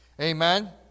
Amen